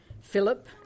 Philip